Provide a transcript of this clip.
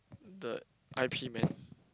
the I_P man